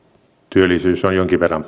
työllisyys on jonkun verran